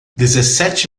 dezessete